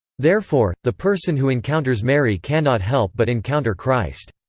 therefore, the person who encounters mary cannot help but encounter christ.